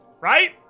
Right